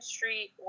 Street